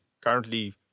currently